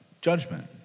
judgment